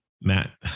Matt